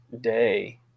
day